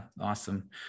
awesome